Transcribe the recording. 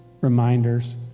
reminders